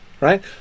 right